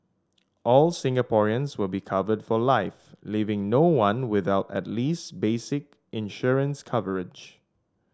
all Singaporeans will be covered for life leaving no one without at least basic insurance coverage